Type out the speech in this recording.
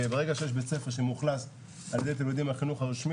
וברגע שיש בית ספר שמאוכלס על ידי תלמידים מהחינוך הרשמי,